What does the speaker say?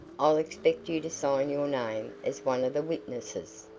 i'll expect you to sign your name as one of the witnesses.